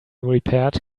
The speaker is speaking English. repaired